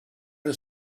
was